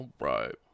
Right